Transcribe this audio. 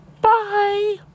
Bye